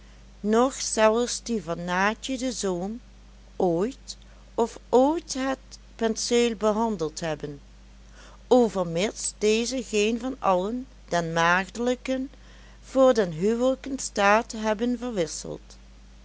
noch zelfs die van naatje de zoom ooit of ooit het penseel behandeld hebben overmits deze geen van allen den maagdelijken voor den huwelijken staat hebben verwisseld